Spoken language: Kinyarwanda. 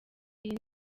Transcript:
iyi